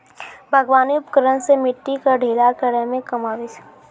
बागबानी उपकरन सें मिट्टी क ढीला करै म काम आबै छै